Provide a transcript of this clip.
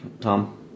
Tom